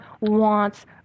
wants